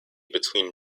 between